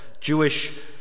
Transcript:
Jewish